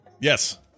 Yes